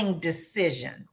decision